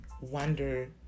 wonder